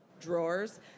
drawers